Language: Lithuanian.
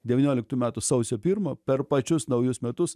devynioliktų metų sausio pirmą per pačius naujus metus